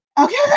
Okay